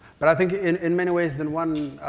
but i think in in many ways than one,